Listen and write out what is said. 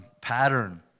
pattern